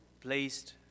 placed